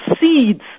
seeds